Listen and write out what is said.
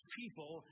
people